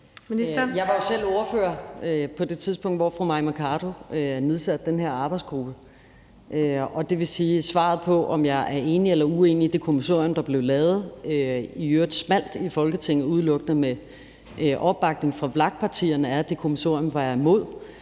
Jeg var jo selv ordfører på det tidspunkt, hvor fru Mai Mercado nedsatte den her arbejdsgruppe, og det vil sige, at svaret på, om jeg er enig eller uenig i det kommissorium, der blev lavet i Folketinget – det var i øvrigt smalt, det var udelukkende med opbakning fra VLAK-partierne – er, at det kommissorium var jeg imod.